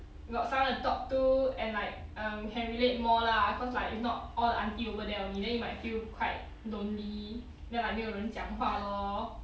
you got someone to talk to and like um can relate more lah cause like if not all aunty over there only then you might feel quite lonely then like 没有人讲话 lor